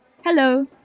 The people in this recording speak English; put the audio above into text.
Hello